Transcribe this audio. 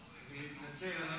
סליחה, אני מתנצל.